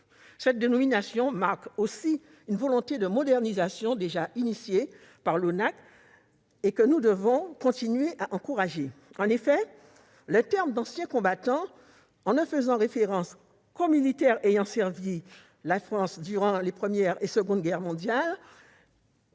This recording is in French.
Cette dénomination marque aussi une volonté de modernisation, déjà développée par l'ONAC, et que nous devons continuer à encourager. En effet, les termes d'anciens combattants, en ne faisant référence qu'aux militaires ayant servi la France durant les Première et Seconde Guerres mondiales,